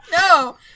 No